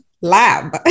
lab